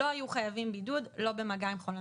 לא היו חייבים בידוד לא במגע עם חולה